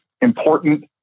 important